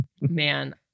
Man